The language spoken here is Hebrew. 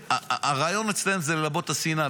והרעיון אצלם זה ללבות את השנאה,